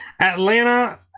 Atlanta